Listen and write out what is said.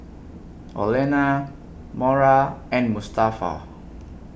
Olena Mora and Mustafa